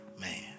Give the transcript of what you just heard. man